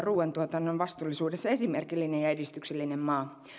ruuantuotannon vastuullisuudessa esimerkillinen ja edistyksellinen maa